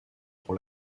pour